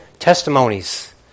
testimonies